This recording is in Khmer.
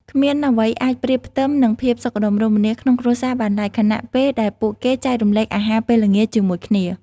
គ្មានអ្វីអាចប្រៀបផ្ទឹមនឹងភាពសុខដុមរមនាក្នុងគ្រួសារបានឡើយ ខណៈពេលដែលពួកគេចែករំលែកអាហារពេលល្ងាចជាមួយគ្នា។